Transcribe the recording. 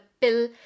pill